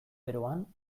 beroan